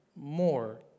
more